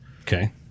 Okay